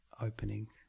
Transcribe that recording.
opening